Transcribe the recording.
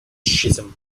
schism